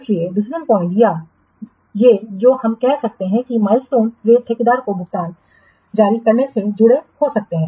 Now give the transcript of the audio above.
इसलिए decision point या ये जो हम कह सकते हैं कि माइलस्टोन वे ठेकेदार को भुगतान जारी करने से जुड़े हो सकते हैं